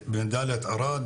מדליית הארד.